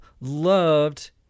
loved